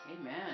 Amen